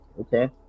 Okay